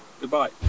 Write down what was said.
goodbye